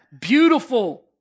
beautiful